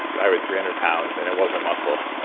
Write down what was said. i weighed three hundred pounds and it wasn't muscle.